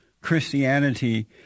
Christianity